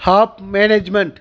app management